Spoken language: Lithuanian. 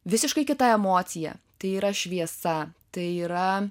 visiškai kita emocija tai yra šviesa tai yra